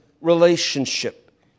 relationship